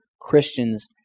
Christians